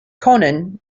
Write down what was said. conan